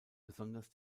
besonders